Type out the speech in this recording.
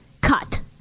cut